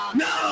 no